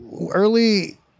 Early